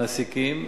מעסיקים,